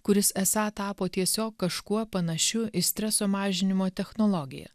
kuris esą tapo tiesiog kažkuo panašiu į streso mažinimo technologiją